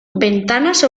ventanas